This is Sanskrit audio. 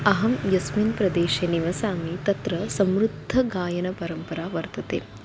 अहं यस्मिन् प्रदेशे निवसामि तत्र समृद्धगायनपरम्परा वर्तते